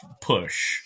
push